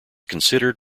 considered